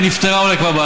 ונפתרה אולי כבר,